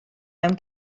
mewn